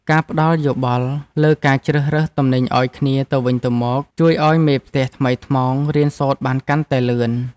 ការផ្ដល់យោបល់លើការជ្រើសរើសទំនិញឱ្យគ្នាទៅវិញទៅមកជួយឱ្យមេផ្ទះថ្មីថ្មោងរៀនសូត្របានកាន់តែលឿន។